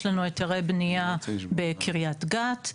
יש לנו היתרי בנייה בקריית גת,